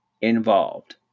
involved